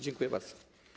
Dziękuję bardzo.